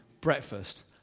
breakfast